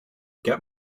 get